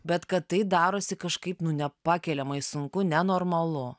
bet kad tai darosi kažkaip nepakeliamai sunku nenormalu